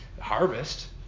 harvest